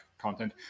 content